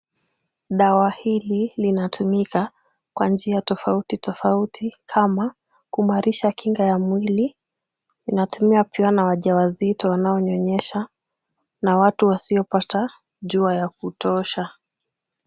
Dawa hili linatumika kwa njia tofauti tofauti kama, kuimarisha kinga ya mwili. Inatumiwa pia na wajawazito wanaonyonyesha na watu wasiopata jua ya kutosha.